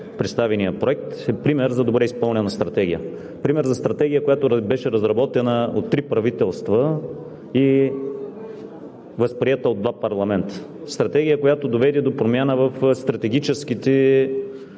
представения Проект, е пример за добре изпълнена стратегия, пример за стратегия, която беше разработена от три правителства и възприета от два парламента, стратегия, която доведе до промяна в стратегическите